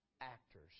actors